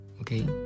Okay